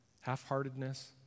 half-heartedness